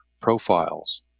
profiles